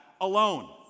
alone